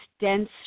dense